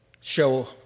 show